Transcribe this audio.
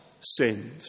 sinned